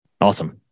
Awesome